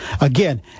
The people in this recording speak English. Again